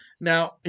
Now